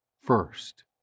First